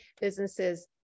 businesses